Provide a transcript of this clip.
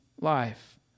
life